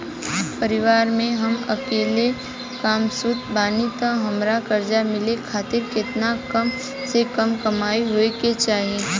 परिवार में हम अकेले कमासुत बानी त हमरा कर्जा मिले खातिर केतना कम से कम कमाई होए के चाही?